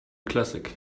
classic